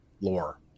Lore